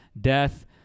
Death